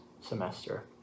semester